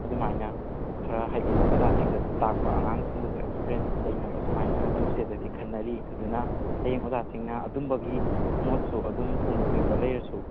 ꯑꯗꯨꯃꯥꯏꯅ ꯈꯔ ꯍꯥꯏꯗꯤ ꯑꯣꯖꯥꯁꯤꯡꯗꯁꯨ ꯇꯥꯛꯄ ꯑꯉꯥꯡꯁꯤꯡꯗꯁꯨ ꯑꯦꯛꯁꯄꯤꯔꯤꯌꯦꯟꯁ ꯂꯩꯅꯕ ꯁꯨꯃꯥꯏꯅ ꯇꯧꯁꯤꯅꯗꯤ ꯈꯟꯅꯔꯤ ꯑꯗꯨꯅ ꯍꯌꯦꯡ ꯑꯣꯖꯥꯁꯤꯡꯅ ꯑꯗꯨꯝꯕꯒꯤ ꯃꯣꯗꯁꯨ ꯑꯗꯨꯝ ꯐꯣꯡꯗꯣꯛꯅꯤꯡꯕ ꯂꯩꯔꯁꯨ